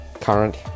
current